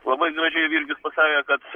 labai gražiai virgis pasakė kad